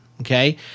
okay